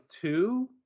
two